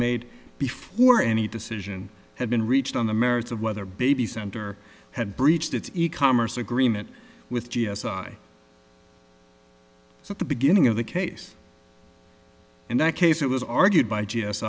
made before any decision had been reached on the merits of whether baby center had breached its e commerce agreement with g s i at the beginning of the case in that case it was argued by g s